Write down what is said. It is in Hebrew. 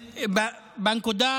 ברשותך,